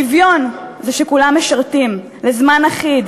שוויון זה שכולם משרתים זמן אחיד,